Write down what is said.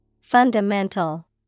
Fundamental